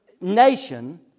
nation